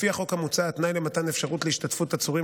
לפי החוק המוצע התנאי למתן אפשרות להשתתפות עצורים